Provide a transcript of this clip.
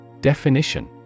Definition